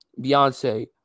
Beyonce